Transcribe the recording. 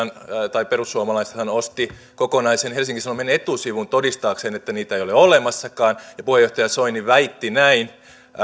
perussuomalaisethan osti kokonaisen helsingin sanomien etusivun todistaakseen että niitä ei ole olemassakaan ja puheenjohtaja soini väitti näin